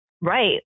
right